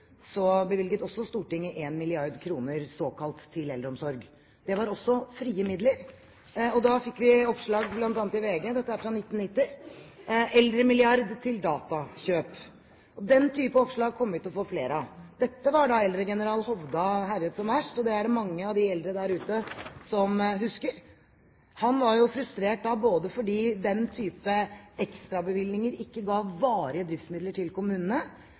bevilget også Stortinget 1 mrd. kr såkalt til eldreomsorg. Det var også frie midler. Da fikk vi, i 1990, oppslag bl.a. i VG: «Eldre-milliard til data-kjøp». Den type oppslag kommer vi til å få flere av. Dette var da eldregeneral Hovda herjet som verst, og det er det mange av de eldre der ute som husker. Han var frustrert fordi den type ekstrabevilgninger ikke ga varige driftsmidler til kommunene